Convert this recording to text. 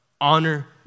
Honor